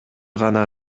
гана